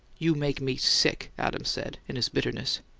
you make me sick, adams said, in his bitterness.